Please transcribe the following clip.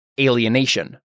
alienation